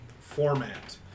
format